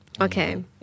Okay